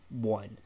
one